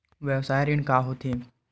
व्यवसाय ऋण का होथे?